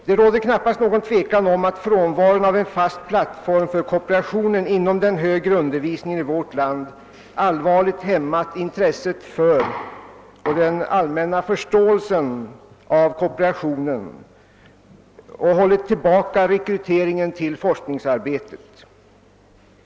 Det råder knappast något tvivel om att frånvaron av en fast plattform för kooperationen inom den högre undervisningen i vårt land allvarligt hämmat intresset för och den allmänna förståelsen av kooperationen liksom att den hållit tillbaka rekryteringen till forskningsarbetet.